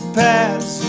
pass